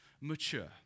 mature